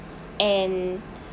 and